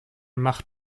macht